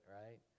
right